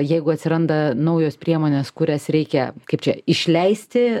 jeigu atsiranda naujos priemonės kurias reikia kaip čia išleisti